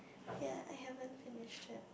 ya I haven't finished yet